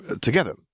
together